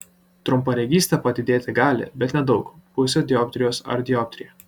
trumparegystė padidėti gali bet nedaug pusę dioptrijos ar dioptriją